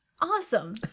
Awesome